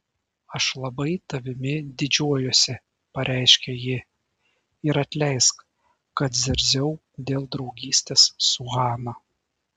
aš labai tavimi didžiuojuosi pareiškė ji ir atleisk kad zirziau dėl draugystės su hana